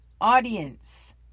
audience